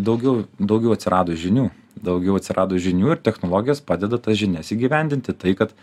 daugiau daugiau atsirado žinių daugiau atsirado žinių ir technologijos padeda tas žinias įgyvendinti tai kad